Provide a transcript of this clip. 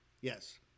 Yes